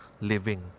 living